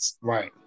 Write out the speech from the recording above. Right